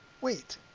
wait